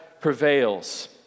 prevails